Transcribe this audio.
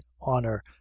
honor